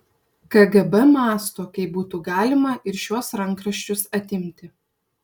kgb mąsto kaip būtų galima ir šiuos rankraščius atimti